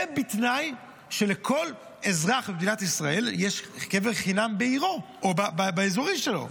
זה בתנאי שלכל אזרח במדינת ישראל יש קבר חינם בעירו או באזורים שלו.